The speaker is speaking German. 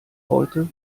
heute